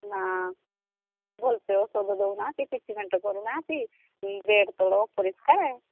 ନା ଭଲରେ ଔଷଧ ଦେଉ ନାହାନ୍ତି କିଛି ଟ୍ରିଟ୍ମେଣ୍ଟ କରୁ ନାହାନ୍ତି ବେଡ୍ ତଳ ଅପରିଷ୍କାର